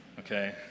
Okay